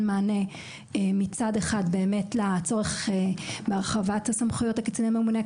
מענה מצד אחד באמת לצורך בהרחבת סמכויות הקצין הממונה,